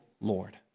Lord